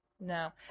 No